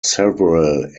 several